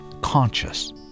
conscious